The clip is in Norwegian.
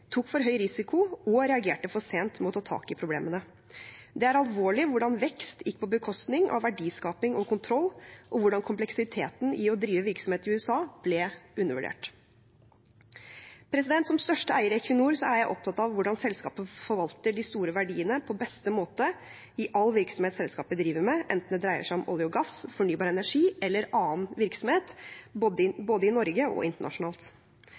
tok for høy risiko og reagerte for sent med å ta tak i problemene. Det er alvorlig hvordan vekst gikk på bekostning av verdiskaping og kontroll, og hvordan kompleksiteten i å drive virksomhet i USA ble undervurdert. Som største eier i Equinor er jeg opptatt av hvordan selskapet forvalter de store verdiene på beste måte i all virksomhet selskapet driver med, enten det dreier seg om olje og gass, fornybar energi eller annen virksomhet, både i Norge og internasjonalt. I eierdialogen har jeg vært opptatt av Equinors internasjonale virksomhet generelt og